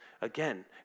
Again